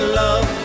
love